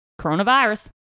Coronavirus